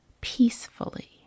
peacefully